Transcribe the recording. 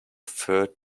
fur